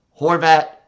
Horvat